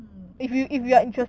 mm mm